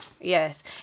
Yes